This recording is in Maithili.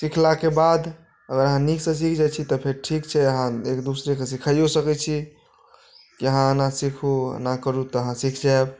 सिखलाके बाद अगर अहाँ नीकसँ सीख जाइत छी तऽ फेर ठीक छै अहाँ एकदूसरेके सिखाइयो सकैत छी कि अहाँ एना सिखु एना करू तऽ अहाँ सीख जायब